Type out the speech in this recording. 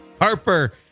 Harper